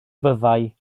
fyddai